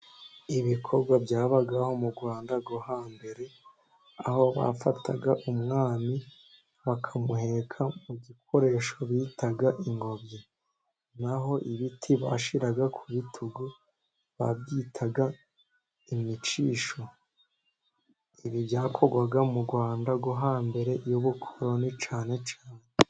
Ibikorwa byabagaho mu Rwanda rwo hambere, aho bafataga umwami bakamuheka mu gikoresho bitaga ingobyi, naho ibiti bashyiraga ku bitugu babyitaga imicisho. Ibi byakorwa mu Rwanda rwo ha mbere y'ubukoloni cyane cyane.